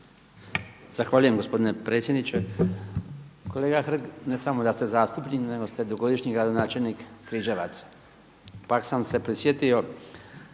Hvala lijepo gospodine predsjedniče. Kolega Hrg, ne samo da ste zastupnik nego ste dugogodišnji gradonačelnik Križevaca, pa sam se prisjetio